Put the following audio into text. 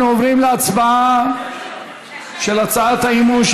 אנחנו עוברים להצבעה של הצעת האי-אמון של